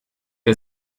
der